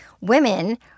women